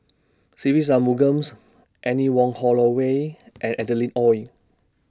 Se Ve Shanmugam's Anne Wong Holloway and Adeline Ooi